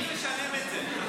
מי משלם את זה?